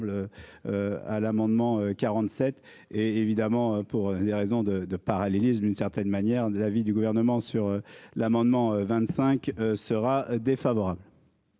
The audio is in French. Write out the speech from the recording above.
À l'amendement 47 et évidemment pour des raisons de de parallélisme, d'une certaine manière, de l'avis du Gouvernement sur l'amendement 25 sera défavorable.